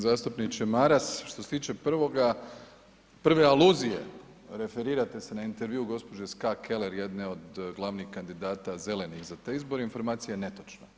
Zastupniče Maras, što se tiče prvoga, prve aluzije, referirate se na intervju gospođe Ska Keller jedne od glavnih kandidata Zelenih za te izbore, informacija je netočna.